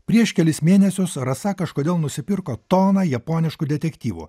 prieš kelis mėnesius rasa kažkodėl nusipirko toną japoniškų detektyvų